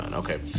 Okay